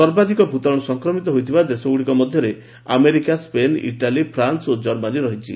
ସର୍ବାଧିକ ଭୂତାଣୁ ସଂକ୍ରମିତ ଥିବା ଦେଶଗ୍ରଡ଼ିକ ମଧ୍ୟରେ ଆମେରିକା ସ୍ୱେନ୍ ଇଟାଲୀ ଫ୍ରାନ୍ସ ଓ ଜର୍ମାନୀ ରହିଛି